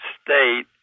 state